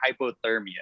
hypothermia